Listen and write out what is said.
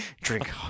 Drink